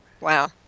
Wow